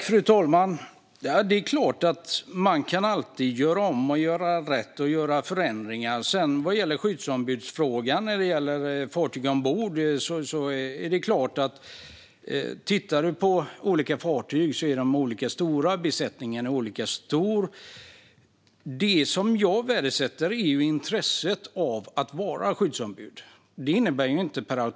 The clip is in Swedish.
Fru talman! Man kan såklart alltid göra om, göra rätt och göra förändringar. Vad gäller skyddsombud ombord på fartyg är fartygen och besättningarna olika stora. Det jag värdesätter är intresset för att vara skyddsombud.